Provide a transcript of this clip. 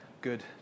good